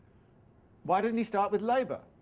why didn't he start with labour?